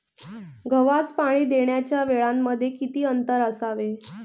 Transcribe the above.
गव्हास पाणी देण्याच्या वेळांमध्ये किती अंतर असावे?